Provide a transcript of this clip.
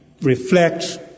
reflect